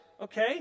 okay